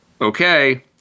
Okay